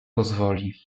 pozwoli